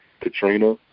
Katrina